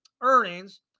earnings